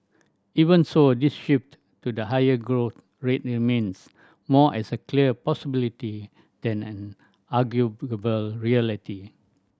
even so this shift to the higher growth rate remains more as a clear possibility than an reality